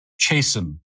chasen